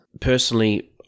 personally